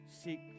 Seek